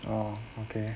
oh okay